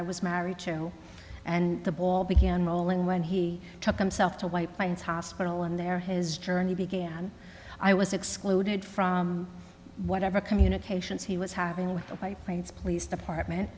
i was married to and the ball began rolling when he took himself to white plains hospital and there his journey began i was excluded from whatever communications he was having with the high plains police department